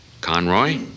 Conroy